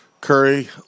curry